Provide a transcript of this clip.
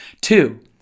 Two